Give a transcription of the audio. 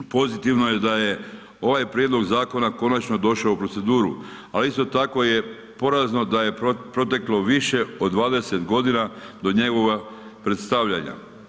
Pozitivno je da je ovaj prijedlog zakona konačno došao u proceduru, ali isto tako je porazno da je proteklo više od 20 godina do njegovoga predstavljanja.